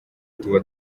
tuba